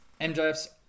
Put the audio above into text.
MJF's